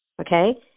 okay